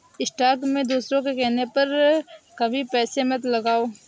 stock में दूसरों के कहने पर कभी पैसे मत लगाओ